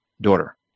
daughter